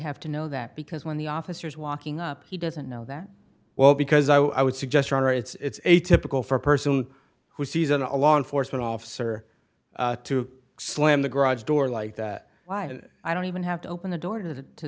have to know that because when the officers walking up he doesn't know that well because i would suggest are it's a typical for a person who sees on a law enforcement officer to slam the garage door like that why i don't even have to open the door to